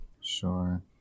Sure